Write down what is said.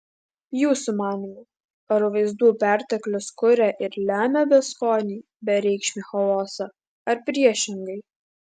jūsų manymu ar vaizdų perteklius kuria ir lemia beskonį bereikšmį chaosą ar priešingai